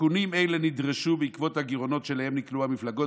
תיקונים אלה נדרשו בעקבות הגירעונות שאליהם נקלעו המפלגות